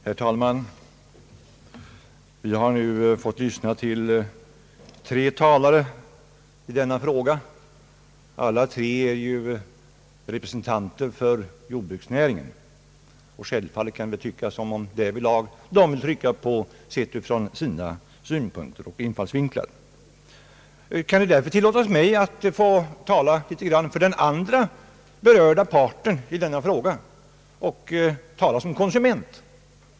Herr talman! Vi har nu fått lyssna till tre talare i denna fråga. Alla tre är representanter för jordbruksnäringen, och självfallet kan det tyckas att de har velat se på problemen utifrån sina egna synpunkter och infallsvinklar. Det kan väl därför tillåtas mig att få tala för den andra berörda parten i denna fråga, nämligen för konsumenten.